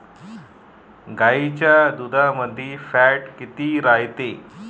गाईच्या दुधामंदी फॅट किती रायते?